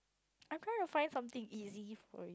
I'm trying to find something easy for